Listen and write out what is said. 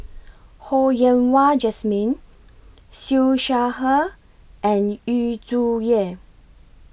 Ho Yen Wah Jesmine Siew Shaw Her and Yu Zhuye